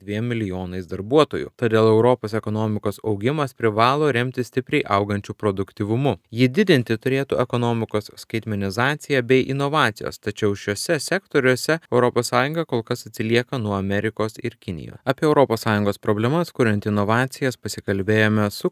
dviem milijonais darbuotojų todėl europos ekonomikos augimas privalo remtis stipriai augančiu produktyvumu jį didinti turėtų ekonomikos skaitmenizacija bei inovacijos tačiau šiuose sektoriuose europos sąjunga kol kas atsilieka nuo amerikos ir kinija apie europos sąjungos problemas kuriant inovacijas pasikalbėjome su